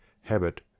habit